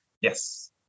Yes